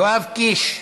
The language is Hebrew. יואב קיש,